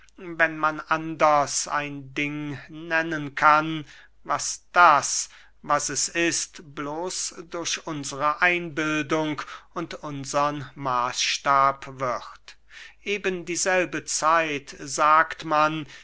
wenn man anders ein ding nennen kann was das was es ist bloß durch unsre einbildung und unsern maßstab wird eben dieselbe zeit sagt man